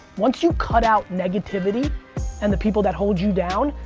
once you cut out negativity and the people that hold you down,